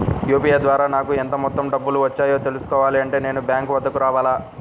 UPI ద్వారా నాకు ఎంత మొత్తం డబ్బులు వచ్చాయో తెలుసుకోవాలి అంటే నేను బ్యాంక్ వద్దకు రావాలా?